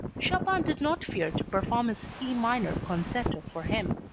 chopin did not fear to perform his e minor concerto for him.